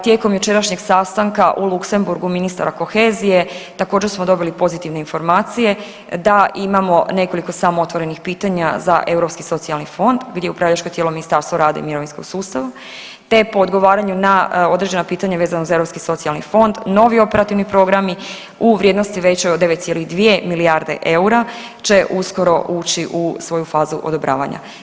Tijekom jučerašnjeg sastanka u Luksemburgu ministara kohezije također smo dobili pozitivne informacije da imamo nekoliko samo otvorenih pitanja za Europski socijalni fond gdje je upravljačko tijelo Ministarstvo rada i mirovinskog sustava te je po odgovaranju na određena pitanja vezano za Europski socijalni fond novi operativni programi u vrijednosti većoj od 9,2 milijarde eura će uskoro ući u svoju fazu odobravanja.